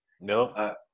No